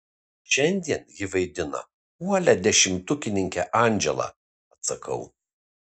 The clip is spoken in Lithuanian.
šiandien ji vaidina uolią dešimtukininkę andželą atsakau